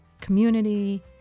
community